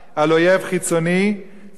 צריך לבלום את האויב הפנימי,